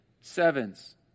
sevens